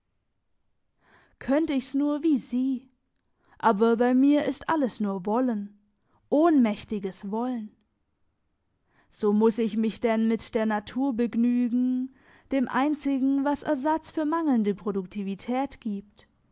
könnt ich's nur wie sie aber bei mir ist alles nur wollen ohnmächtiges wollen so muss ich mich denn mit der natur begnügen dem einzigen was ersatz für mangelnde produktivität gibt